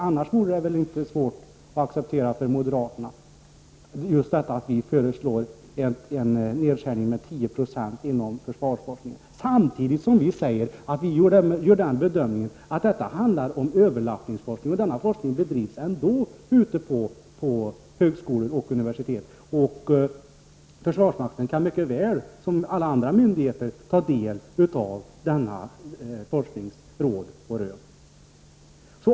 Annars vore det väl svårt för moderaterna att acceptera att vi föreslår nedskärning med 10 76 inom försvarsforskningen, samtidigt som vi gör den bedömningen att detta handlar om överlappningsforskning som ändå bedrivs ute på högskolor och universitet. Försvarsmakten kan mycket väl som alla andra myndigheter ta del av denna forsknings råd och rön.